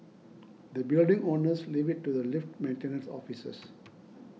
the building owners leave it to the lift maintenance officers